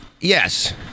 Yes